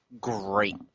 great